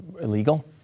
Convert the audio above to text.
illegal